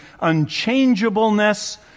unchangeableness